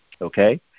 Okay